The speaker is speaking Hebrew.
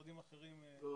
לא.